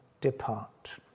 depart